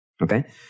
Okay